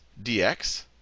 dx